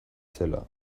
zela